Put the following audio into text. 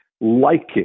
liking